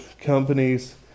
companies